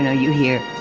know, you hear